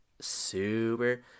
Super